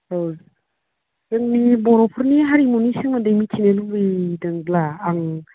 औ जोंनि बर'फोरनि हारिमुनि सोमोन्दै मिथिनो लुबैदोंब्ला आं